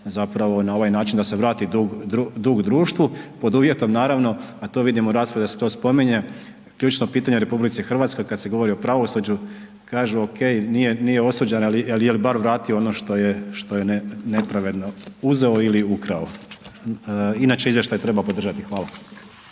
zapravo na ovaj način da se vrati dug društvu pod uvjetom naravno a to vidimo u raspravi da se to spominje, ključno pitanje u RH, kad se govori o pravosuđu, kažu ok, nije osuđen ali je bar vratio ono što je nepravedno uzeo ili ukrao. Inače izvještaj treba podržati, hvala.